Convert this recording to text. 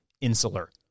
insular